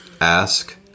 ask